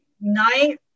night